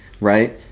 right